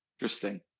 Interesting